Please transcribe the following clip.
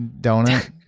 donut